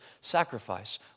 sacrifice